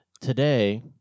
today